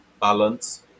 balance